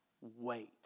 Wait